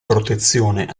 protezione